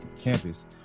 campus